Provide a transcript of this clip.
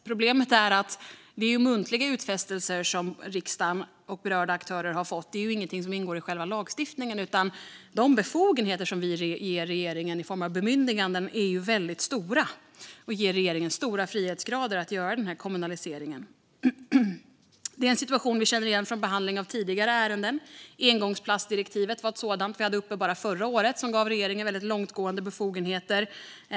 Problemet är att det är muntliga utfästelser som riksdagen och berörda aktörer har fått. Det är ingenting som ingår i själva lagstiftningen, utan de befogenheter som vi ger regeringen i form av bemyndiganden är väldigt stora. De ger regeringen en hög grad av frihet när det gäller att göra denna kommunalisering. Det är en situation vi känner igen från behandlingen av andra ärenden. Engångsplastdirektivet var ett sådant, som vi hade uppe så sent som förra året. Det gav regeringen långtgående befogenheter.